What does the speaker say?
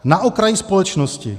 Na okraj společnosti.